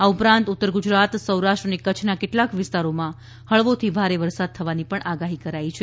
આ ઉપરાંત ઉત્તર ગુજરાત સૌરાષ્ટ્ર અને કચ્છના કેટલાંક વિસ્તારોમાં હળવાથી ભારે વરસાદ થવાની આગાહી કરાઈ છે